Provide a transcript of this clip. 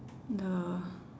the